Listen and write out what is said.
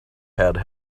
had